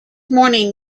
morning